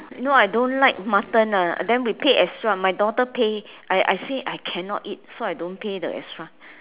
you know I don't like mutton ah then we pay extra my daughter pay I I say I cannot eat so I don't pay the extra